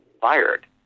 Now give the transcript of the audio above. fired